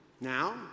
Now